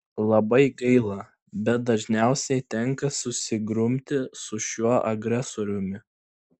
labai gaila bet dažniausiai tenka susigrumti su šiuo agresoriumi